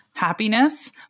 happiness